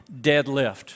deadlift